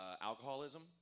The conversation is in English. alcoholism